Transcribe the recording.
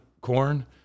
corn